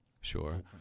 sure